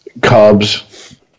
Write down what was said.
Cubs